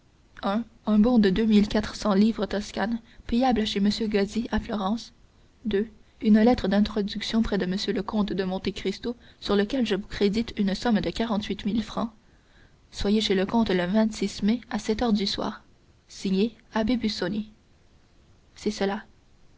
un bon de deux mille quatre cents livres toscanes payable chez m gozzi à florence deux une lettre d'introduction près de m le comte de monte cristo sur lequel je vous crédite d'une somme de quarante-huit mille francs soyez chez le comte le mai à sept heures du soir signé abbé busoni c'est cela